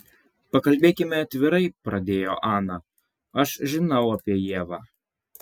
pakalbėkime atvirai pradėjo ana aš žinau apie ievą